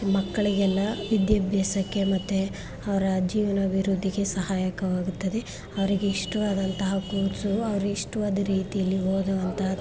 ಮಕ್ಕಳಿಗೆಲ್ಲ ವಿದ್ಯಾಭ್ಯಾಸಕ್ಕೆ ಮತ್ತು ಅವರ ಜೀವನ ಅಭಿವೃದ್ಧಿ ಸಹಾಯಕವಾಗುತ್ತದೆ ಅವರಿಗೆ ಇಷ್ಟವಾದಂತಹ ಕೋರ್ಸು ಅವ್ರ ಇಷ್ಟ್ವಾದ ರೀತಿಯಲ್ಲಿ ಓದುವಂಥ